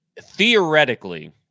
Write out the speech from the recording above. theoretically